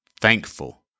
thankful